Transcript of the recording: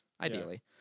ideally